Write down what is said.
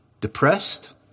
depressed